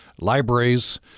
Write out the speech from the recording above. libraries